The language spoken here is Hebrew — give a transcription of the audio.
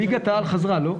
ליגת העל חזרה, לא?